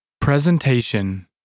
Presentation